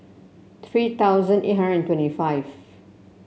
three thousand eight hundred and twenty five